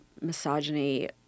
misogyny